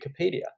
wikipedia